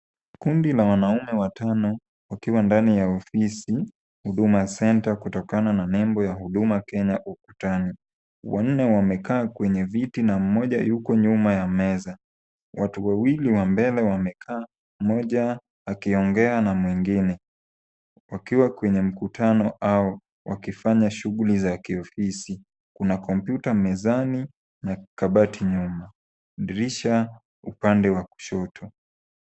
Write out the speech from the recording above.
Kundi la wanaume watano, wakiwa ndani ya ofisi, Huduma Centre kutokana na nembo ya Huduma Kenya ukutani. Wanne wamekaa kwenye viti na mmoja yuko nyuma ya meza, Watu wawili wa mbele wamekaa, mmoja akiongea na mwingine, wakiwa kwenye mkutano au wakifanya shughuli za kiofisi, kuna kompyuta mezani na kabati nyuma, dirisha upande wa kushoto.